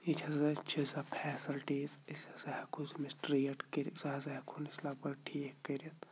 یہِ حظ اَسہِ چھِ سۄ فیسَلٹیٖز أسۍ ہَسا ہٮ۪کو أمِس ٹرٛیٖٹ کٔرِتھ سُہ ہَسا ہٮ۪کہون أسۍ لگ بگ ٹھیٖک کٔرِتھ